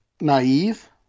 naive